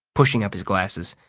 pushing up his glasses.